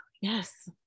yes